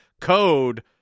code